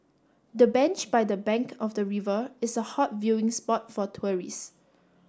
the bench by the bank of the river is a hot viewing spot for tourists